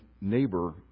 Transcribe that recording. neighbor